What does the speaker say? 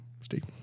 Steve